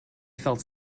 felt